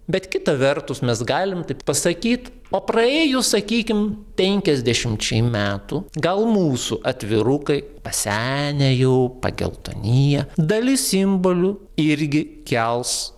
bet kita vertus mes galim taip pasakyt o praėjus sakykim penkiasdešimčiai metų gal mūsų atvirukai pasenę jau pageltonyję dalis simbolių irgi kels